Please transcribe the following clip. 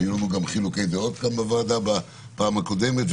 היו לנו גם חילוקי דעות כאן בוועדה בפעם הקודמת,